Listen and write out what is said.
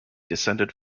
descended